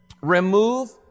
remove